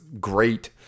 great